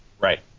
Right